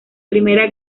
primera